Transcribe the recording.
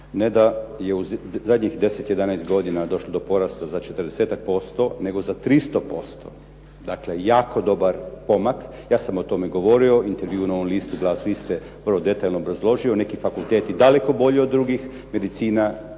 Ne da je u zadnjih deset, jedanaest godina došlo do porasta za četrdesetak posto nego za tristo posto, dakle jako dobar pomak. Ja sam o tome govorio, u intervju "Novom listu" i "Glasu Istre" vrlo detaljno obrazložio neki fakulteti daleko bolji od drugih, medicina,